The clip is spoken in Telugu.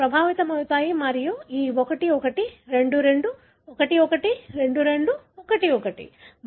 ఇవి ప్రభావితమయ్యాయి మరియు ఈ 1 1 2 2 1 1 2 2 1 1